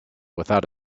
without